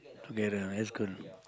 together that's good